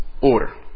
order